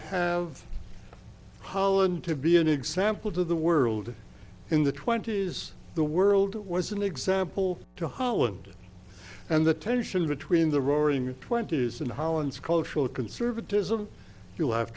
have holland to be an example to the world in the twenty's the world was an example to holland and the tension between the roaring twenty's and holland's cultural conservatism you'll have